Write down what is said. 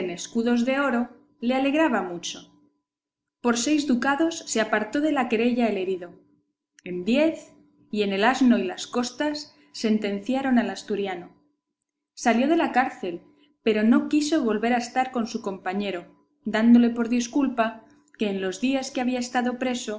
escudos de oro le alegraba mucho por seis ducados se apartó de la querella el herido en diez y en el asno y las costas sentenciaron al asturiano salió de la cárcel pero no quiso volver a estar con su compañero dándole por disculpa que en los días que había estado preso